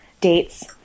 dates